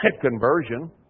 conversion